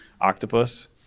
octopus